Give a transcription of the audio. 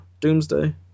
Doomsday